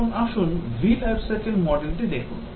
এখন আসুন V life cycle model টি দেখুন